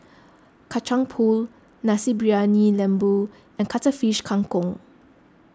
Kacang Pool Nasi Briyani Lembu and Cuttlefish Kang Kong